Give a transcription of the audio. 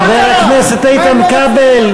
חבר הכנסת איתן כבל,